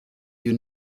you